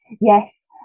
yes